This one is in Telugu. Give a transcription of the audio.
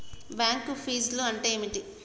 బ్యాంక్ ఫీజ్లు అంటే ఏమిటి?